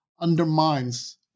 undermines